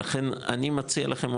לכן אני מציע לכם,